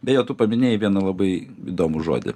beje tu paminėjai vieną labai įdomų žodį